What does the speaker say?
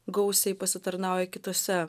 gausiai pasitarnauja kitose